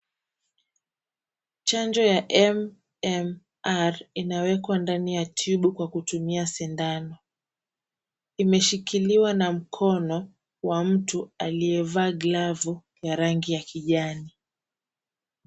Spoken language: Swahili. Chanjo ya MMR inawekwa ndani ya tube kwa kutumia shindano. Imeshikiliwa na mkono wa mtu aliyevaa glavu ya rangi ya kijani.